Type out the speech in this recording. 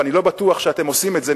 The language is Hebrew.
ואני לא בטוח שאתם עושים את זה,